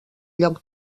lloc